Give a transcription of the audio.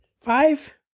five